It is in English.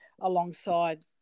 alongside